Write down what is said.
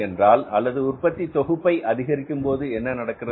என்றால் அல்லது உற்பத்தி தொகுப்பை அதிகரிக்கும்போது என்ன நடக்கிறது